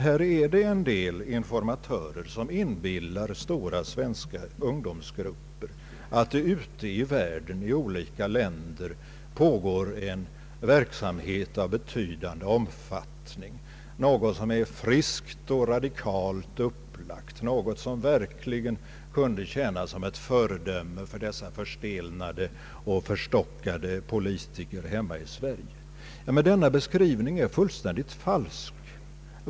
Här finns en del informatörer som inbillar stora svenska ungdomsgrupper att det i olika länder ute i världen pågår en verksamhet av betydande omfattning, något som är friskt och radikalt upplagt, något som verkligen kunde tjäna som ett föredöme för de förstelnade och förstockade politikerna hemma i Sverige. Denna beskrivning är fullständigt falsk.